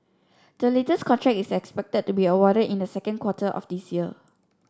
the latest contract is expected to be awarded in the second quarter of this year